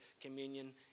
communion